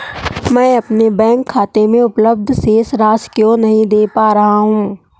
मैं अपने बैंक खाते में उपलब्ध शेष राशि क्यो नहीं देख पा रहा हूँ?